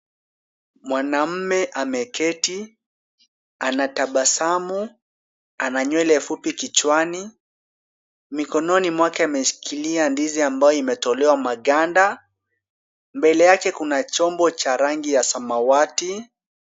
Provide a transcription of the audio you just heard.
Mwanamume ameketi. Anatabasamu. Ana nywele fupi kichwani, mikononi mwake ameshikilia ndizi ambayo imetolewa maganda. Mbele yake kuna chombo cha rangi ya samawati.